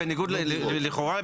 לכאורה,